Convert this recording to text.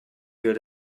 good